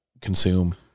consume